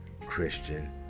Christian